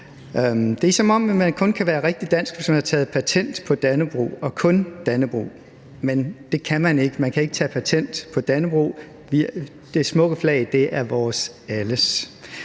Det er, som om man kun kan være rigtig dansk, hvis man har taget patent på Dannebrog og kun Dannebrog, men det kan man ikke. Man kan ikke tage patent på Dannebrog. Det smukke flag er vores alles.